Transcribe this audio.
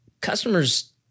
customers